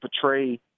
portray